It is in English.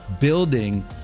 building